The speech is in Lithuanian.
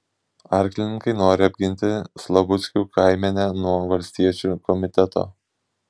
arklininkai nori apginti slavuckių kaimenę nuo valstiečių komiteto